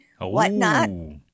whatnot